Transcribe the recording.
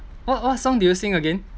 what what song did you sing again